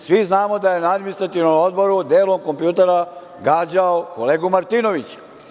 Svi znamo da je na Administrativnom odboru delom kompjutera gađao kolegu Martinovića.